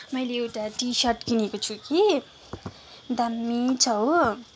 मैले एउटा T shirt किनेको छु कि दामी छ हो